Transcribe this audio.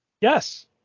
Yes